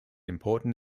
important